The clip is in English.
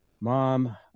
mom